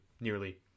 nearly